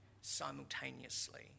simultaneously